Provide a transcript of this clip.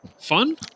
fun